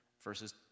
verses